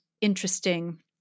interesting